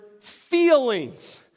feelings